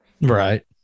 Right